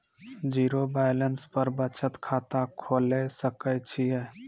Zero balance पर बचत खाता खोले सकय छियै?